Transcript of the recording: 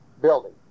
building